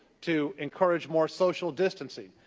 to encourage more social distancing.